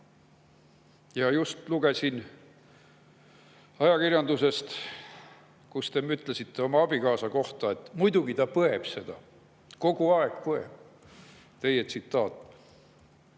Ja just lugesin ajakirjandusest, kus te ütlesite oma abikaasa kohta: "Muidugi ta põeb seda, kogu aeg põeb." Teie tsitaat.